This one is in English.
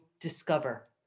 discover